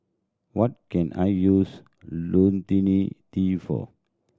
what can I use Lonil T for